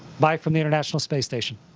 bye from the international space station.